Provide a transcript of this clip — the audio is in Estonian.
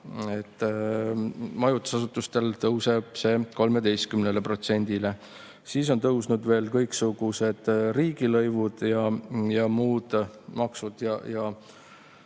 majutusasutustel tõuseb see 13%-le. Siis on tõusnud veel kõiksugused riigilõivud ja muud maksud ja